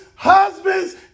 husbands